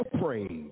praise